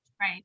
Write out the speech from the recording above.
Right